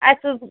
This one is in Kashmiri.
اَسہِ حظ